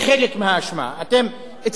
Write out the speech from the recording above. אצלכם אין אבטלה.